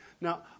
Now